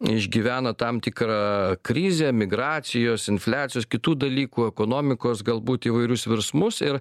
išgyvena tam tikra krizę emigracijos infliacijos kitų dalykų ekonomikos galbūt įvairius virsmus ir